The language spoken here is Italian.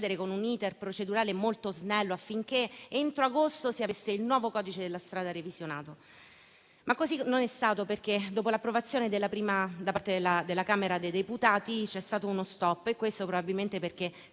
con un *iter* procedurale molto snello, affinché entro agosto si avesse il nuovo codice della strada revisionato. Così però non è stato, perché, dopo l'approvazione da parte della Camera dei deputati, c'è stato uno *stop*. Questo probabilmente perché